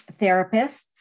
therapists